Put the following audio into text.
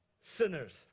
sinners